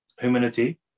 humanity